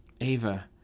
Ava